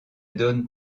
donne